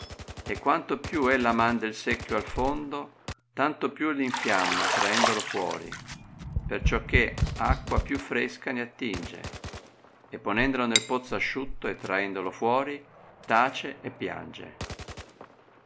e quanto più ella manda il secchio al fondo tanto più r infiamma traendolo fuori perciò che acqua più fresca ne attinge e ponendolo nel pozzo asciutto e traendolo fuori tace e piange